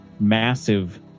massive